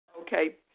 Okay